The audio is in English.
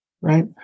right